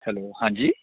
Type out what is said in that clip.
hello ਹਾਂਜੀ